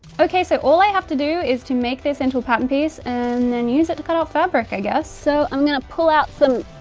okay, so all i have to do is to make this into a pattern piece and then use it to cut out fabric i guess. so, i'm going to pull out some